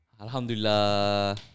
Alhamdulillah